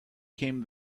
came